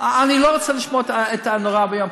אני לא רוצה לשמוע את הנורא ואיום,